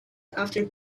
after